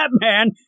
batman